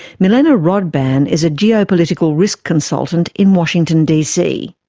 milena rodban is a geopolitical risk consultant in washington dc.